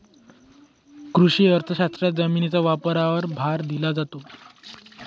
कृषी अर्थशास्त्रात जमिनीच्या वापरावर भर दिला जातो